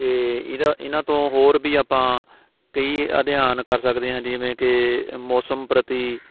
ਅਤੇ ਇਹਦਾ ਇਹਨਾਂ ਤੋਂ ਹੋਰ ਵੀ ਆਪਾਂ ਕਈ ਅਧਿਐਨ ਕਰ ਸਕਦੇ ਹਾਂ ਜਿਵੇਂ ਕਿ ਮੌਸਮ ਪ੍ਰਤੀ